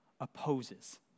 opposes